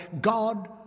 God